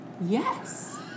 Yes